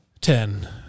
Ten